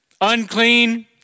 unclean